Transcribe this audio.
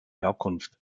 herkunft